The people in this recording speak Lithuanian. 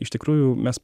iš tikrųjų mes